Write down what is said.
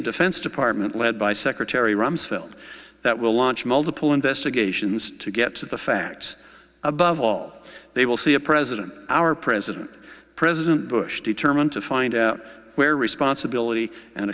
a defense department led by secretary rumsfeld that will launch multiple investigations to get to the facts above all they will see a president our president president bush determined to find out where responsibility and